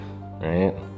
right